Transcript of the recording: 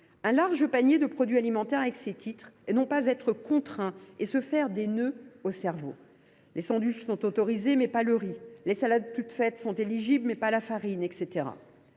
un large panier de produits alimentaires avec ces titres, et non être contraints et se faire des nœuds au cerveau : les sandwichs sont autorisés, mais pas le riz, les salades toutes faites sont éligibles, mais pas la farine, etc.